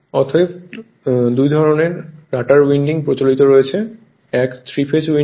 অতএব 2 ধরনের rotor winding প্রচলিত রয়েছে এক 3 ফেজ উইন্ডিং